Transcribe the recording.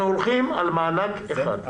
אנחנו הולכים על מענק אחד.